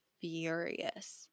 furious